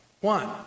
One